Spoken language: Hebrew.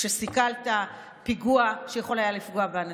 כשסיכלת פיגוע שיכול היה לפגוע באנשים.